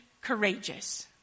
courageous